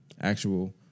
actual